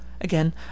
Again